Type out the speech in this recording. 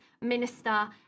minister